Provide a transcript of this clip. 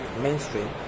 mainstream